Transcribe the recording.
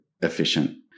efficient